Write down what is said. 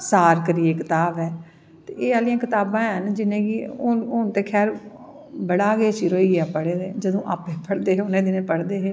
एह् आह्लियां कताबां होनहून ते खैर बड़ा गा चिर होइया पढ़ें दे जदूं अप्पूं पढ़े हे उनैं दिनैं पढ़दे हे सारियां ते नेईं याद कुश इक गल्लां जेह्ड़ियां अज़ें बी